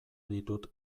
ditut